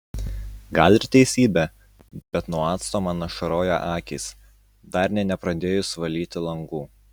gal ir teisybė bet nuo acto man ašaroja akys dar nė nepradėjus valyti langų